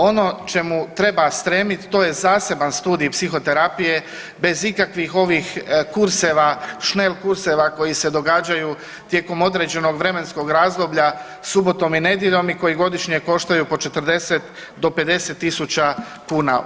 Ono čemu treba stremit to je zaseban studij psihoterapije bez ikakvih ovih kurseva, schnell kurseva koji se događaju tijekom određenog vremenskog razdoblja subotom i nedjeljom i koji godišnje koštaju po 40 do 50.000 kuna.